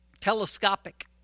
telescopic